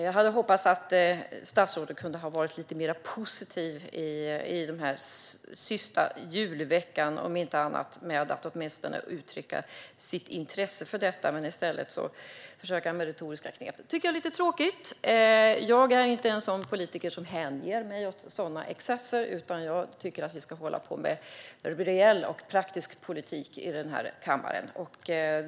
Jag hade hoppats att statsrådet kunde ha varit lite mer positiv denna julvecka och åtminstone ha uttryckt sitt intresse för detta. I stället försöker han med retoriska knep. Det tycker jag är lite tråkigt. Jag är inte en sådan politiker som hänger mig åt sådana excesser, utan jag tycker att vi ska hålla på med reell och praktisk politik i den här kammaren.